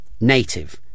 native